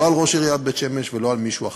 לא על ראש עיריית בית-שמש ולא על מישהו אחר.